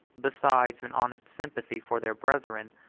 besides an honest sympathy for their brethren,